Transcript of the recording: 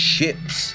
Ships